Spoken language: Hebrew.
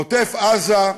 עוטף-עזה,